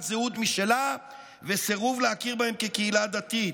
זהות משלה וסירוב להכיר בהם כקהילה דתית.